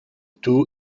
two